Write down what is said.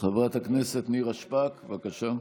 חברת הכנסת נירה שפק, בבקשה.